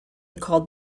called